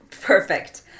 Perfect